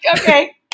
okay